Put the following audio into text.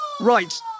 Right